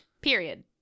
period